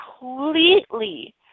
completely